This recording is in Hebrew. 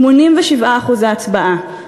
87% הצבעה.